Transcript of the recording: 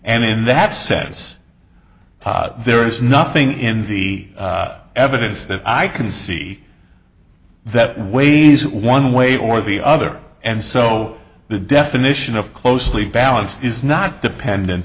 and in that sense there is nothing in the evidence that i can see that weighs one way or the other and so the definition of closely balanced is not dependent